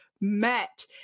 met